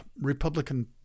Republican